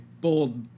Bold